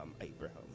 Abraham